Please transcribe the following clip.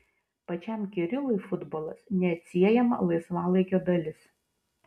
pačiam kirilui futbolas neatsiejama laisvalaikio dalis